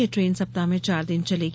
ये ट्रेन सप्ताह में चार दिन चलेगी